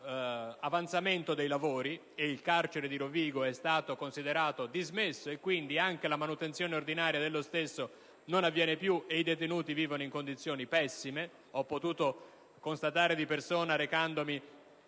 il carcere di Rovigo è stato considerato dismesso e, quindi, anche la manutenzione ordinaria dello stesso non avviene più e i detenuti vivono in condizioni pessime, condizioni che ho potuto constatare di persona visitandolo